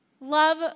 love